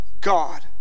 God